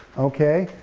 okay,